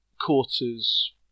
quarters